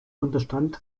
unterstand